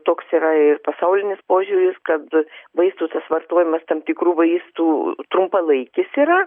toks yra ir pasaulinis požiūris kad vaistų tas vartojimas tam tikrų vaistų trumpalaikis yra